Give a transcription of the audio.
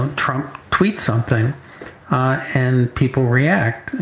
trump tweets something and people react,